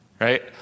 Right